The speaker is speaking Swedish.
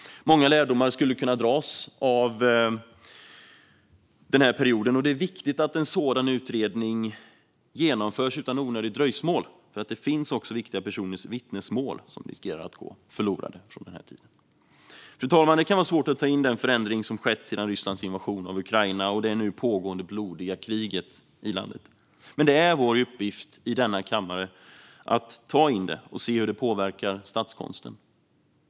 Många lärdomar skulle kunna dras från den här perioden, och det är viktigt att en sådan utredning genomförs utan onödigt dröjsmål så att inte viktiga personers vittnesmål från den här tiden riskerar att gå förlorade. Fru talman! Det kan vara svårt att ta in den förändring som skett sedan Rysslands invasion av Ukraina och det nu pågående blodiga kriget i landet. Men det är vår uppgift i denna kammare att ta in det och se hur det påverkar statskonsten.